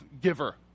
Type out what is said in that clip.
giver